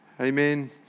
Amen